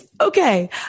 Okay